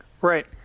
Right